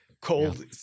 cold